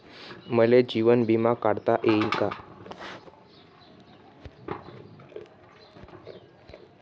मले जीवन बिमा काढता येईन का?